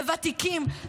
לוותיקים,